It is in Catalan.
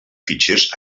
fitxers